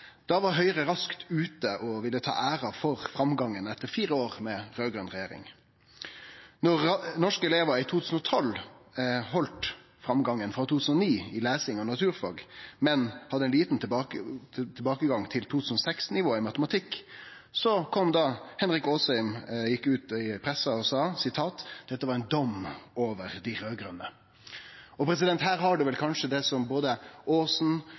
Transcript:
Da PISA-resultata for 2009 blei offentleggjorde og norske elevar viste klart betre resultat enn i 2006, var Høgre raskt ute og ville ta æra for framgangen etter fire år med raud-grøn regjering. Da framgangen frå 2009 heldt fram for norske elevar i 2012 i lesing og naturfag, men det var ein liten tilbakegang til nivået frå 2006 i matematikk, gjekk representanten Henrik Asheim ut i pressa og sa at dette var ein dom over dei raud-grøne. Her har ein vel kanskje